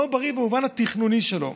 לא בריא במובן התכנוני שלו.